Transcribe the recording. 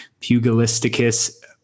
Pugilisticus